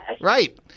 Right